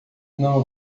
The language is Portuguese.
não